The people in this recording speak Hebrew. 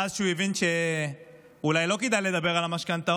ואז, כשהוא הבין שאולי לא כדאי לדבר על המשכנתאות,